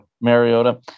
Mariota